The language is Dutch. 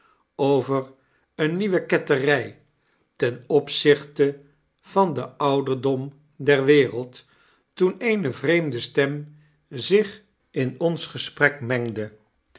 over eene nieuwe kettery ten opzichte van den ouderdom der wereld toen eene vreemde stem zich in ons gesprek mengde